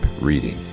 reading